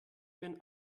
bin